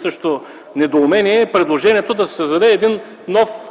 също буди недоумение, е предложението да се създаде един нов,